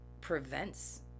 prevents